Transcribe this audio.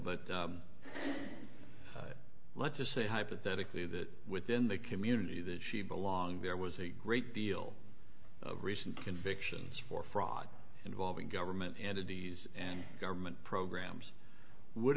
but let's just say hypothetically that within the community that she belonged there was a great deal of recent convictions for fraud involving government entities and government programs would